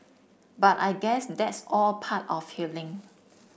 but I guess that's all part of healing